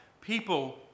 people